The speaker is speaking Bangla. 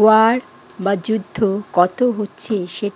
ওয়ার বা যুদ্ধ বন্ড হচ্ছে সেই